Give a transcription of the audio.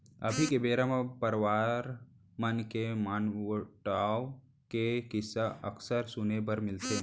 अभी के बेरा म परवार मन के मनमोटाव के किस्सा अक्सर सुने बर मिलथे